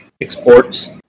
exports